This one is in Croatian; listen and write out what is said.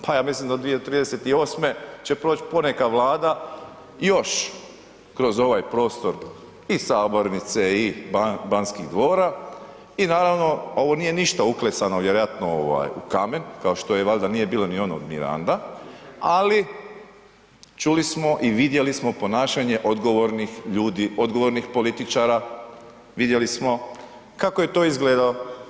Pa ja mislim da do 2038. će proć po neka Vlada još kroz ovaj prostor i sabornice i Banskih dvora i naravno ovo nije ništa uklesano vjerojatno u kamen, kao što valjda nije bilo ni ono od Miranda, ali čuli smo i vidjeli smo ponašanje odgovornih ljudi, odgovornih političara, vidjeli smo kako je to izgledalo.